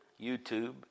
YouTube